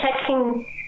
checking